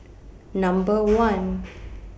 Number one